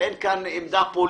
ואין כאן עמדה פוליטית,